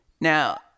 now